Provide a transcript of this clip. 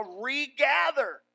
regather